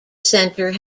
center